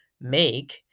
make